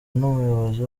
n’umuyobozi